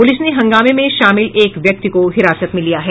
police ने हंगामे में शामिल एक व्यक्ति को हिरासत में लिया है